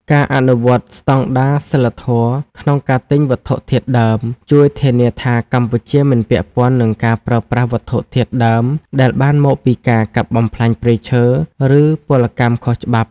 ការអនុវត្តស្ដង់ដារសីលធម៌ក្នុងការទិញវត្ថុធាតុដើម ជួយធានាថាកម្ពុជាមិនពាក់ព័ន្ធនឹងការប្រើប្រាស់វត្ថុធាតុដើមដែលបានមកពីការកាប់បំផ្លាញព្រៃឈើ ឬពលកម្មខុសច្បាប់។